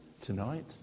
tonight